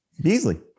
Beasley